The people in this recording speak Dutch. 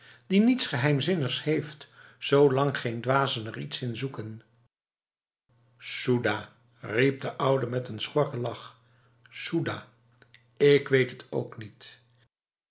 die niets geheimzinnigs heeft zolang geen dwazen er iets in zoeken soedahf riep de oude met een schorre lach soedah ik weet het ook niet